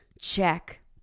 Check